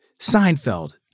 Seinfeld